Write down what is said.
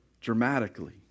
Dramatically